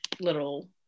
little